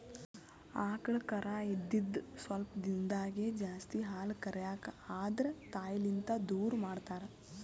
ಆಕಳ್ ಕರಾ ಇದ್ದಿದ್ ಸ್ವಲ್ಪ್ ದಿಂದಾಗೇ ಜಾಸ್ತಿ ಹಾಲ್ ಕರ್ಯಕ್ ಆದ್ರ ತಾಯಿಲಿಂತ್ ದೂರ್ ಮಾಡ್ತಾರ್